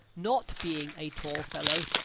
not being a tall fellow,